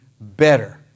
better